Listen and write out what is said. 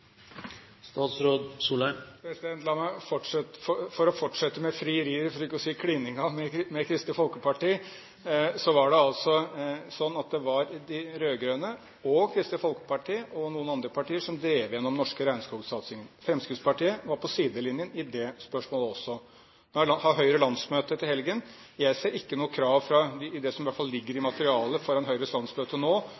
La meg si, for å fortsette med frieriet, for ikke å si klininga med Kristelig Folkeparti, at det var de rød-grønne, Kristelig Folkeparti og noen andre partier som drev igjennom den norske regnskogsatsingen. Fremskrittspartiet var på sidelinjen i det spørsmålet også. Nå har Høyre landsmøte til helgen. Jeg ser ikke noe krav, i hvert fall ikke i det som ligger i